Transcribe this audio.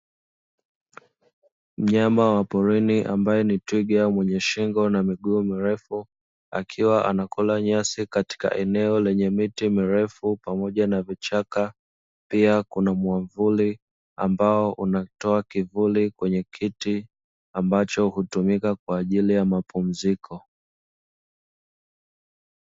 Mnyama wa porini ambaye ni twiga mwenye shingo na miguu mirefu akiwa anakula nyasi katika eneo lenye miti mirefu pamoja na vichaka. Pia kuna mwamvuli ambao unatoa kivuli kwenye kiti ambacho hutumika kwa ajili ya mapumziko.